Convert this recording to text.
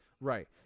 Right